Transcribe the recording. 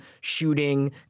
shooting